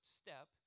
step